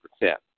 percent